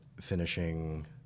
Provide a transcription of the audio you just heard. finishing